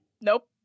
Nope